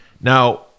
Now